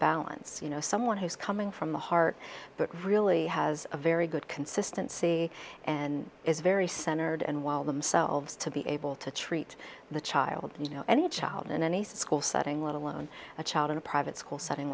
balance you know someone who's coming from the heart but really has a very good consistency and is very center and well themselves to be able to treat the child you know any child in any school setting let alone a child in a private s